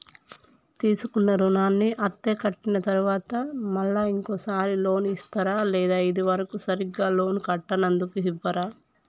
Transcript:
తీసుకున్న రుణాన్ని అత్తే కట్టిన తరువాత మళ్ళా ఇంకో సారి లోన్ ఇస్తారా లేక ఇది వరకు సరిగ్గా లోన్ కట్టనందుకు ఇవ్వరా?